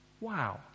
Wow